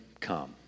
come